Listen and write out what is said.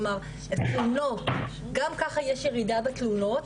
כלומר גם ככה יש ירידה בתלונות,